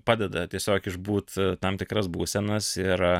padeda tiesiog išbūt tam tikras būsenas ir